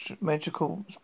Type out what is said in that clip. magical